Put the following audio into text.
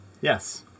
Yes